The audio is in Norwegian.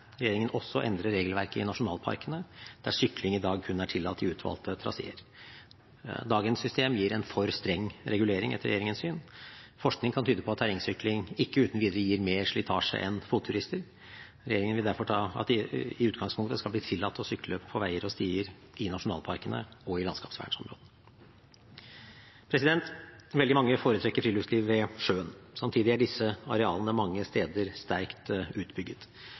regjeringen også endre regelverket i nasjonalparkene, der sykling i dag kun er tillatt i utvalgte traseer. Dagens system gir en for streng regulering, etter regjeringens syn. Forskning kan tyde på at terrengsykling ikke uten videre gir mer slitasje enn fotturisme. Regjeringen vil derfor at det i utgangspunktet skal bli tillatt å sykle på veier og stier i nasjonalparkene og i landskapsvernområdene. Veldig mange foretrekker friluftsliv ved sjøen. Samtidig er disse arealene mange steder sterkt utbygget.